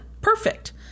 perfect